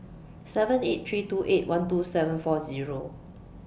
seven eight three two eight one two seven four Zero